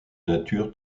nature